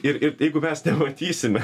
ir ir jeigu mes nematysime